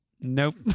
Nope